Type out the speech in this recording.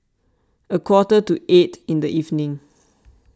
a quarter to eight in the evening